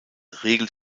regelt